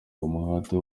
umuhate